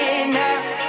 enough